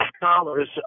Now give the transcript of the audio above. dollars